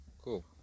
Cool